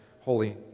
holy